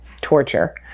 torture